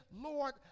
Lord